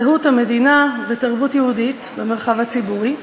זהות המדינה ותרבות יהודית במרחב הציבורי,